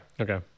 Okay